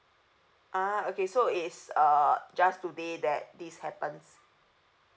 ah okay so it's uh just today that this happens